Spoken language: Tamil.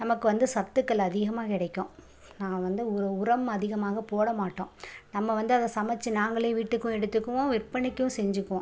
நமக்கு வந்து சத்துக்கள் அதிகமாக கிடைக்கும் நான் வந்து உ உரம் அதிகமாக போடமாட்டோம் நம்ம வந்து அதை சமைச்சு நாங்களே வீட்டுக்கும் எடுத்துக்குவோம் விற்பனைக்கும் செஞ்சுக்குவோம்